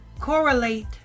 correlate